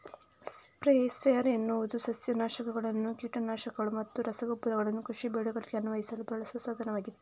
sprayer ಎನ್ನುವುದು ಸಸ್ಯ ನಾಶಕಗಳು, ಕೀಟ ನಾಶಕಗಳು ಮತ್ತು ರಸಗೊಬ್ಬರಗಳನ್ನು ಕೃಷಿ ಬೆಳೆಗಳಿಗೆ ಅನ್ವಯಿಸಲು ಬಳಸುವ ಸಾಧನವಾಗಿದೆ